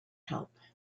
help